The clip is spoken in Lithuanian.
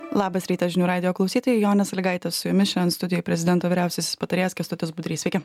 labas rytas žinių radijo klausytojai jonė sąlygaitė su jumis šiandien studijoj prezidento vyriausiasis patarėjas kęstutis budrys sveiki